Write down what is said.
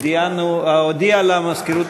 הוא הודיע למזכירות,